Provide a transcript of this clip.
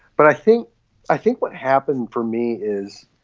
but i think i think what happened for me is.